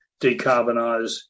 decarbonise